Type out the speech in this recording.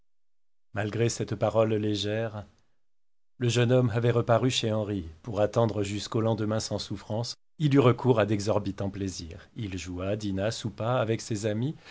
malgré cette parole légère le jeune homme avait reparu chez henri pour attendre jusqu'au lendemain sans souffrances il eut recours à d'exorbitants plaisirs il joua dîna soupa avec ses amis